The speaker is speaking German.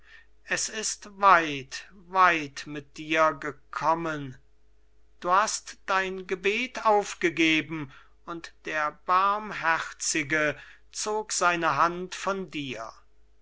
es ist weit weit mit dir gekommen du hast dein gebet aufgegeben und der barmherzige zog seine hand von dir